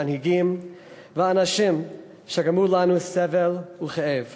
מנהיגים ואנשים שגרמו לנו סבל וכאב